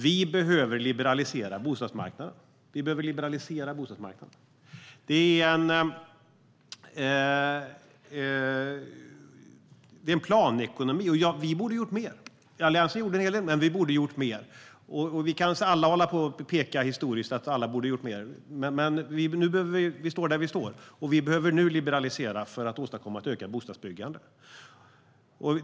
Vi behöver liberalisera bostadsmarknaden. Det är en planekonomi. Alliansen gjorde en hel del, men vi borde ha gjort mer. Alla kan peka på alla och säga att vi borde ha gjort mer historiskt, men nu står vi där vi står. Vi behöver liberalisera för att åstadkomma ett ökat bostadsbyggande.